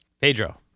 Pedro